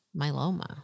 myeloma